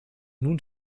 nun